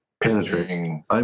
penetrating